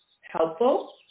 helpful